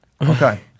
Okay